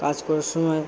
কাজ করার সময়